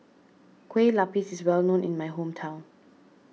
Kueh Lapis is well known in my hometown